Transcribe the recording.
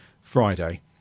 Friday